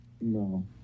No